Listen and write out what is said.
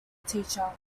teacher